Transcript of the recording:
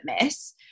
miss